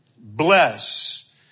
Bless